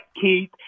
Keith